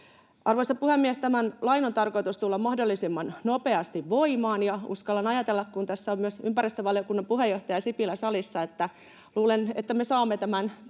Arvoisa puhemies! Tämän lain on tarkoitus tulla mahdollisimman nopeasti voimaan, ja uskallan ajatella, kun tässä on myös ympäristövaliokunnan puheenjohtaja Sipilä salissa, että luulen, että me saamme tämän